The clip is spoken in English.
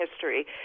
history